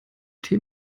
tee